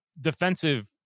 defensive